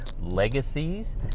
legacies